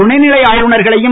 துணை நிலை ஆளுநர்களையும்